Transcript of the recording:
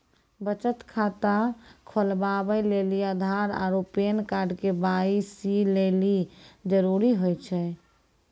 बचत खाता खोलबाबै लेली आधार आरू पैन कार्ड के.वाइ.सी लेली जरूरी होय छै